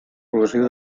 progressiva